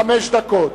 חמש דקות.